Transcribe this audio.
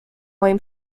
moim